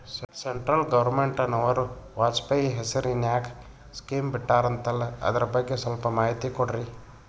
Central ಗವರ್ನಮೆಂಟನವರು ವಾಜಪೇಯಿ ಹೇಸಿರಿನಾಗ್ಯಾ scheme ಬಿಟ್ಟಾರಂತಲ್ಲ ಅದರ ಬಗ್ಗೆ ಸ್ವಲ್ಪ ಮಾಹಿತಿ ಕೊಡ್ರಿ?